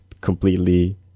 completely